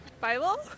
Bible